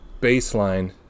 baseline